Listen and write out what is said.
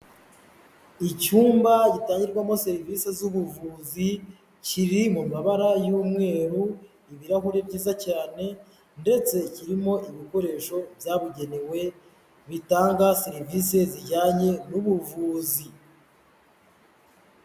Icyumba gitangirwamo serivisi z'ubuvuzi, kiri mu mabara y'mweru, ibirahuri byiza cyane ndetse kirimo ibikoresho byabugenewe bitanga serivisi zijyanye n'ubuvuzi.